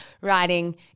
writing